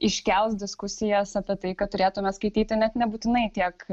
iškels diskusijas apie tai kad turėtume skaityti net nebūtinai tiek